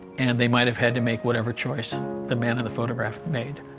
and they might have had to make whatever choice the man in the photograph made